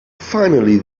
finally